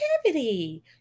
creativity